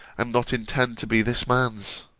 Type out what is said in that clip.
and not intend to be this man's?